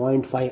5 0